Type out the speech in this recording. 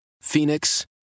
Phoenix